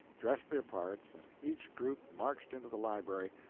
dressed their parts, and each group marched into the library,